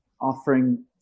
offering